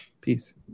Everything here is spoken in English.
Peace